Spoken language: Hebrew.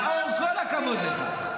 נאור, כל הכבוד לך.